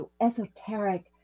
esoteric